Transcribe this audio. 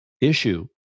issue